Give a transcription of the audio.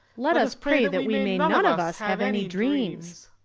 let us pray that we may none of us have any dreams.